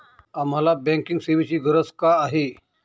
आम्हाला बँकिंग सेवेची गरज का आहे?